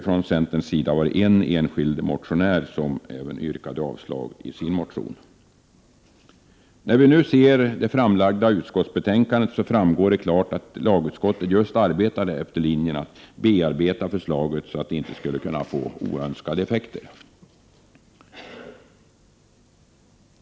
Från centern var det en När vi nu ser det framlagda utskottsbetänkandet framgår det helt klart att lagutskottet har följt just linjen att bearbeta lagförslaget på ett sådant sätt att det inte skulle kunna få oönskade effekter.